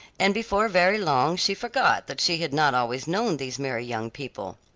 and before very long she forgot that she had not always known these merry young people.